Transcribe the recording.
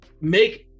make